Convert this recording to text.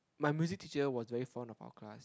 my music teacher was very fond of our class